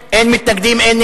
ולשמירה על ביטחון הציבור (חילוט וסמכויות פיקוח)